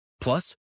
Plus